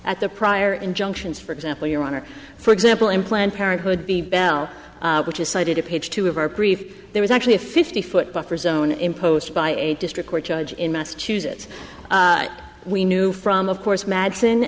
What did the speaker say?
at the prior injunctions for example your honor for example in planned parenthood b bell which is cited to page two of our brief there was actually a fifty foot buffer zone imposed by a district court judge in massachusetts we knew from of course madison